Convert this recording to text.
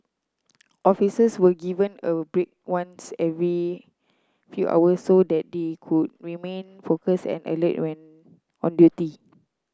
officers were given a break once every few hours so that they could remain focused and alert when on duty